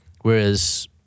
Whereas